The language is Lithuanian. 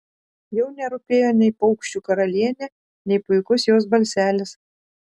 jau nerūpėjo nei paukščių karalienė nei puikus jos balselis